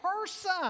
person